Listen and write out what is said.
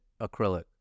acrylic